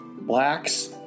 blacks